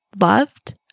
loved